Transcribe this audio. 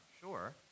sure